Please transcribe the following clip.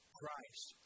Christ